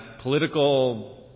political